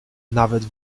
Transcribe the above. nawet